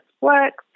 works